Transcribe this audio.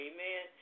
Amen